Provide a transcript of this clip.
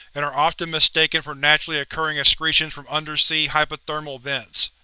and are often mistaken for naturally occurring excretions from undersea hydrothermal vents.